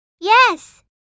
Yes